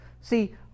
See